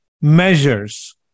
measures